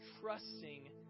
trusting